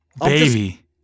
baby